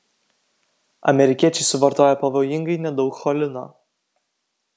amerikiečiai suvartoja pavojingai nedaug cholino